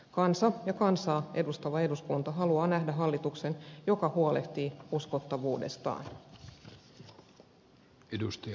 kansa ja kansaa edustava eduskunta haluavat nähdä hallituksen joka huolehtii uskottavuudestaan